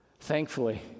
Thankfully